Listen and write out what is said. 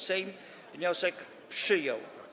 Sejm wniosek przyjął.